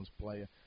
player